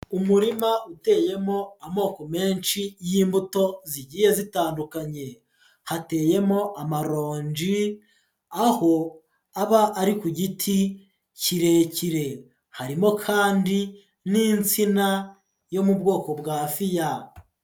Umurima uteyemo amoko menshi y'imbuto zigiye zitandukanye. Hateyemo amaronji, aho aba ari ku giti kirekire, harimo kandi n'insina yo mu bwoko bwa fiya.